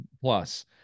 plus